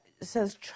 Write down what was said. says